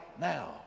now